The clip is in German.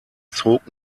zog